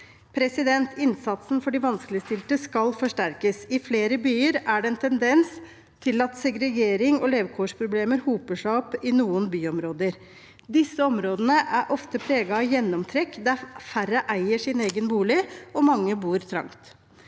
områder. Innsatsen for de vanskeligstilte skal forsterkes. I flere byer er det en tendens til at segregering og levekårsproblemer hoper seg opp i noen byområder. Disse områdene er ofte preget av gjennomtrekk, der færre eier sin egen bolig og mange bor trangt.